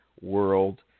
world